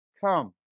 come